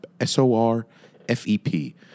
S-O-R-F-E-P